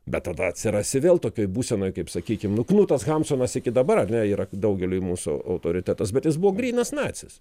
bet tada atsirasi vėl tokioj būsenoj kaip sakykim nu knutas hamsunas iki dabar yra daugeliui mūsų autoritetas bet jis buvo grynas nacis